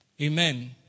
Amen